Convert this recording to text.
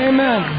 Amen